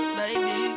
baby